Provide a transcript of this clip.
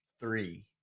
three